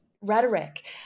rhetoric